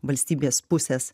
valstybės pusės